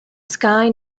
sky